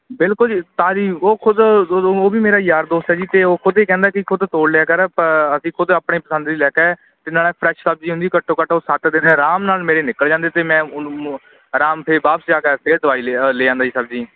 ਬਿਲਕੁਲ ਜੀ ਤਾਜ਼ੀ ਉਹ ਖ਼ੁਦ ਉਹ ਵੀ ਮੇਰਾ ਯਾਰ ਦੋਸਤ ਹੈ ਜੀ ਅਤੇ ਉਹ ਖ਼ੁਦ ਇਹ ਕਹਿੰਦਾ ਕਿ ਖ਼ੁਦ ਤੋਲ ਲਿਆ ਕਰ ਪ ਅਸੀਂ ਖ਼ੁਦ ਆਪਣੇ ਪਸੰਦ ਲਈ ਲੈ ਕੇ ਅਤੇ ਨਾਲ ਫਰੈਸ਼ ਸਬਜ਼ੀ ਹੁੰਦੀ ਘੱਟੋ ਘੱਟ ਉਹ ਸੱਤ ਦਿਨ ਆਰਾਮ ਨਾਲ ਮੇਰੇ ਨਿਕਲ ਜਾਂਦੇ ਅਤੇ ਮੈਂ ਆਰਾਮ ਫਿਰ ਵਾਪਿਸ ਜਾ ਕੇ ਦਵਾਰੇ ਲਿਆ ਲਿਆਉਂਦਾ ਜੀ ਸਬਜ਼ੀ